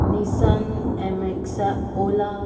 Nissan M X ola